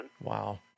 Wow